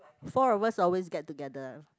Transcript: four of us always get together